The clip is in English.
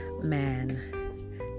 man